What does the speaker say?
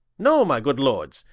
no, my good lords,